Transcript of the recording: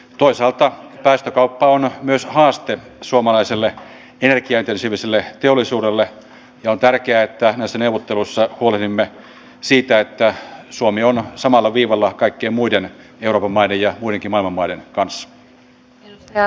toisaalta päästökauppa on myös haaste suomalaiselle energiaintensiiviselle teollisuudelle on tärkeää että näissä neuvotteluissa huolehdimme siitä että suomi on samalla viivalla kaikki muiden hallitus säilyttää ruokavaliokorvauksen täysimääräisenä